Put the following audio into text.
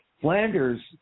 Flanders